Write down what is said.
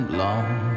long